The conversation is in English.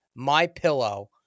MyPillow